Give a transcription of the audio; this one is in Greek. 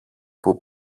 που